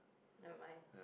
never mind